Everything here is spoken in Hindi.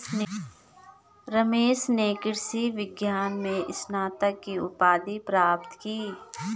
रमेश ने कृषि विज्ञान में स्नातक की उपाधि प्राप्त की